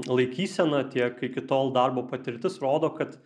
laikysena tiek iki tol darbo patirtis rodo kad